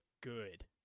good